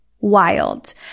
wild